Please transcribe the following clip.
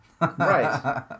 Right